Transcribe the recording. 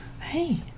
hey